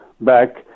back